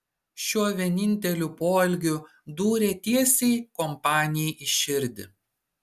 šiuo vieninteliu poelgiu dūrė tiesiai kompanijai į širdį